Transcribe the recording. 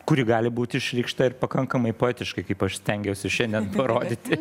kuri gali būti išreikšta ir pakankamai poetiškai kaip aš stengiausi šiandien parodyti